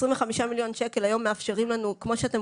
25 מיליון שקלים היום מאפשרים לנו כמו שאתם